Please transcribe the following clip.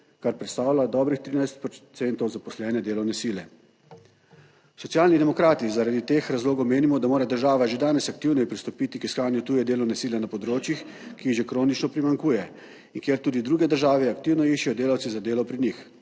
kar predstavlja dobrih 13 % zaposlene delovne sile. Socialni demokrati zaradi teh razlogov menimo, da mora država že danes aktivneje pristopiti k iskanju tuje delovne sile na področjih, ki jih že kronično primanjkuje in kjer tudi druge države aktivno iščejo delavce za delo pri njih,